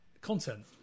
content